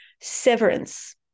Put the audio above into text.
severance